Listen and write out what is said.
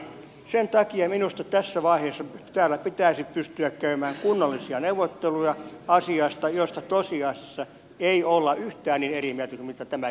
sen takia minusta tässä vaiheessa täällä pitäisi pystyä käymään kunnollisia neuvotteluja asiasta josta tosiasiassa ei olla yhtään niin eri mieltä kuin miltä tämän keskustelun perusteella vaikuttaa